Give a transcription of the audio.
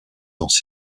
dans